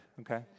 okay